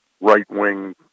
right-wing